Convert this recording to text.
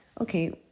okay